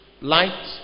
light